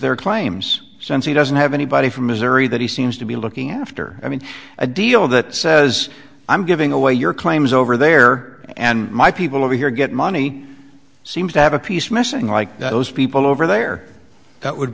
their claims since he doesn't have anybody from missouri that he seems to be looking after i mean a deal that says i'm giving away your claims over there and my people over here get money seems to have a piece missing like those people over there that would